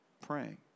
praying